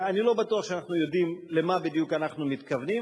אני לא בטוח שאנחנו יודעים למה בדיוק אנחנו מתכוונים.